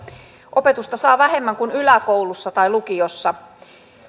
opetusta saa vähemmän kuin yläkoulussa tai lukiossa